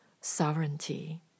sovereignty